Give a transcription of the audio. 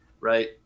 right